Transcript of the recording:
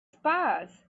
spies